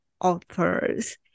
authors